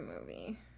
movie